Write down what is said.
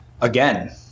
Again